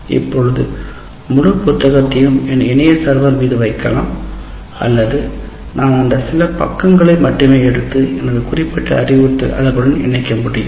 இப்போது முழு புத்தகத்தையும் என் இணைய சர்வர் மீது வைக்கலாம் அல்லது நான் அந்த சில பக்கங்களை மட்டுமே எடுத்து எனது குறிப்பிட்ட அறிவுறுத்தல் அலகுடன் இணைக்க முடியும்